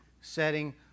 setting